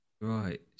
Right